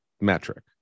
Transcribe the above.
metric